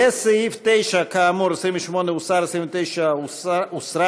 לסעיף 9, כאמור, 28 הוסרה, 29 הוסרה.